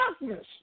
darkness